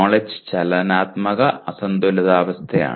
knowledge ചലനാത്മക അസന്തുലിതാവസ്ഥയാണ്